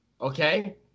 Okay